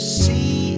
see